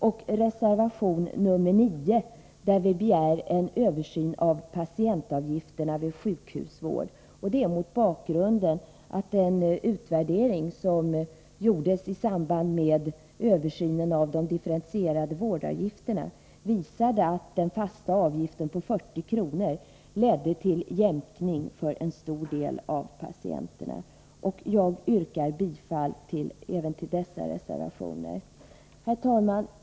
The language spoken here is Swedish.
I reservation 9 begär vi en översyn av patientavgifterna vid sjukhusvård. Detta senare sker mot bakgrund av den utvärdering som gjordes i samband med översynen av de differentierade vårdavgifterna, som visade att den fasta avgiften om 40 kr. ledde till jämkning för en stor del av patienterna. Jag yrkar bifall även till dessa reservationer. Herr talman!